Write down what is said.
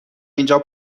اینجا